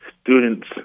students